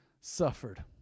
suffered